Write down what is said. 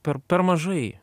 per per mažai